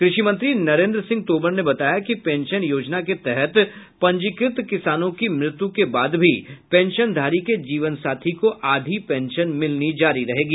कृषि मंत्री नरेन्द्र सिंह तोमर ने बताया कि पेंशन योजना के तहत पंजीकृत किसानों की मृत्यु के बाद भी पेंशनधारी के जीवनसाथी को आधी पेंशन मिलनी जारी रहेगी